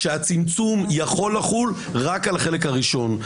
כשהצמצום יכול לחול רק על החלק הראשון.